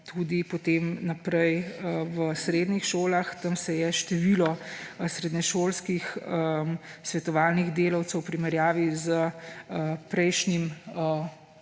tudi potem naprej v srednjih šolah. Tam se je število srednješolskih svetovalnih delavcev v primerjavi s prejšnjim,